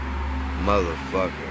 Motherfucker